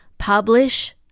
Publish